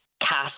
cast